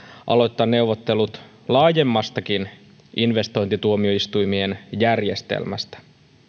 aloittaa neuvottelut laajemmastakin investointituomioistuimien järjestelmästä